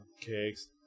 cakes